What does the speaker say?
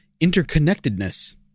Interconnectedness